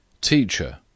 Teacher